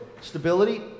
stability